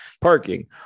parking